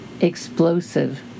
explosive